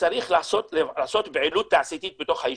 צריך לעשות פעילות תעשייתית בתוך היישוב.